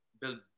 build